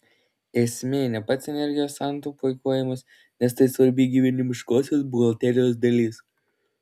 esmė ne pats energijos santaupų eikvojimas nes tai svarbi gyvenimiškosios buhalterijos dalis